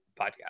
podcast